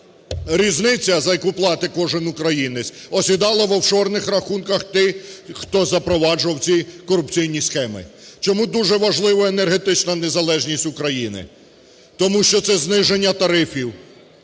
різниця, за яку платить кожен українець, осідала в офшорних рахунках тих, хто запроваджував ці корупційні схеми. Чому дуже важлива енергетична незалежність України? Тому що це зниження тарифів.